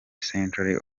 century